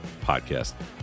Podcast